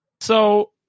So-